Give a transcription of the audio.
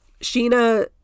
Sheena